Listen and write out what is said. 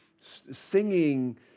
Singing